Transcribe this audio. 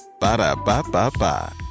Ba-da-ba-ba-ba